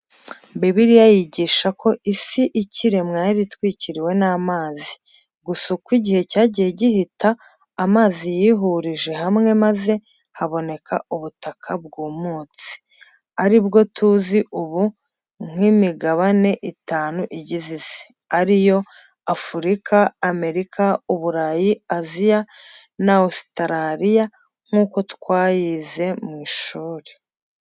Bibiliya yigisha ko isi ikiremwa yari itwikiriwe n'amazi, gusa ngo uko igihe cyagiye gihita, amazi yihurije hamwe maze haboneka ubutaka bwumutse, aribwo tuzi ubu nk'imigabane itanu igize isi, ariyo: Afurika, Amerika, Uburayi, Aziya na Ositarariya nk'uko twayize mu ishuri.